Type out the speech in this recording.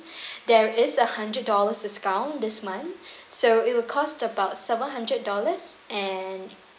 there is a hundred dollars discount this month so it will cost about seven hundred dollars and